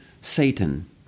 Satan